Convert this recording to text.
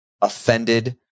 offended